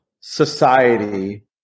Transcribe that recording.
society